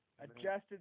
Adjusted